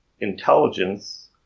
intelligence